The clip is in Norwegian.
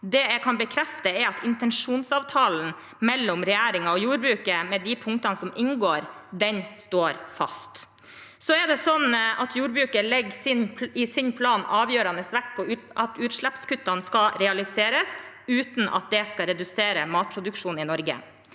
Det jeg kan bekrefte, er at intensjonsavtalen mellom regjeringen og jordbruket med de punktene som inngår, står fast. I sin plan legger jordbruket avgjørende vekt på at utslippskuttene skal realiseres uten at det skal redusere matproduksjonen i Norge.